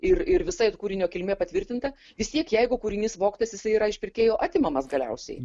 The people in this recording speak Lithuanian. ir ir visaip kūrinio kilmė patvirtinta vis tiek jeigu kūrinys vogtas jisai yra iš pirkėjo atimamas galiausiai